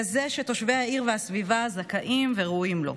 כזה שתושבי העיר והסביבה זכאים וראויים לו.